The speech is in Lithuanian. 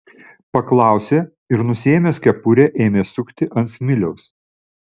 paklausė ir nusiėmęs kepurę ėmė sukti ant smiliaus